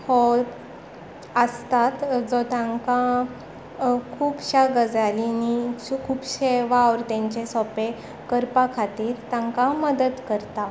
हो आसतात जो तांकां खुबश्या गजालींनी शे खुबशे वावर तांचे सोंपे करपा खातीर तांकां मदत करता